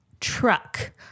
truck